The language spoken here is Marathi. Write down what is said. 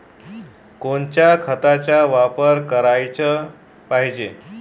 कोनच्या खताचा वापर कराच पायजे?